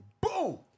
Boom